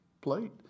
plate